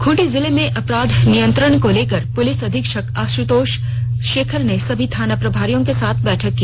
खूंटी जिले में अपराध नियंत्रण को लेकर पुलिस अधीक्षक आशुतोष शेखर ने सभी थाना प्रभारियों के साथ बैठक की